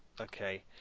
Okay